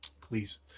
Please